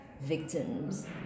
victims